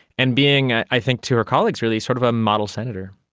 and being i i think to her colleagues really sort of a model senator.